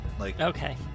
Okay